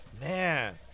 man